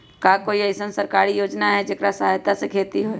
का कोई अईसन सरकारी योजना है जेकरा सहायता से खेती होय?